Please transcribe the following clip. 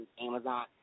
Amazon